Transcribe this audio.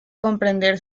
comprender